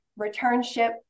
returnship